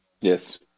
Yes